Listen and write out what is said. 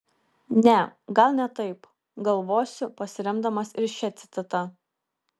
ne gal ne taip galvosiu pasiremdamas ir šia citata